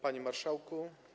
Panie Marszałku!